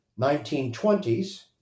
1920s